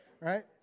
right